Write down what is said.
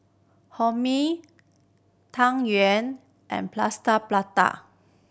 Hae Mee Tang Yuen and Plaster Prata